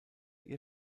ihr